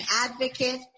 advocate